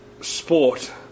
sport